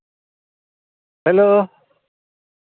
hello